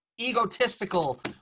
egotistical